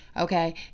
Okay